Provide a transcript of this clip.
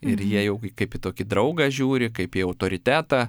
ir jie jau kaip į tokį draugą žiūri kaip į autoritetą